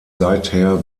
seither